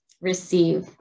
receive